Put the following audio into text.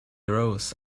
arose